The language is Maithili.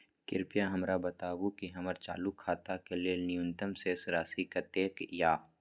कृपया हमरा बताबू कि हमर चालू खाता के लेल न्यूनतम शेष राशि कतेक या